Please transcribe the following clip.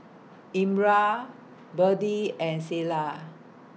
Elmyra Berdie and Selah